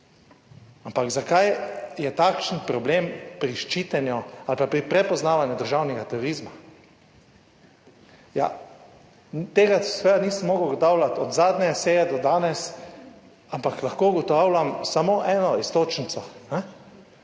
Ampak zakaj je takšen problem pri ščitenju ali pa pri prepoznavanju državnega turizma? Ja, tega seveda nisem mogel ugotavljati od zadnje seje do danes, ampak lahko ugotavljam samo eno iztočnico.